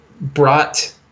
brought